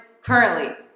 currently